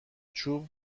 چوب